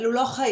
אלה לא חיים.